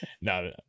No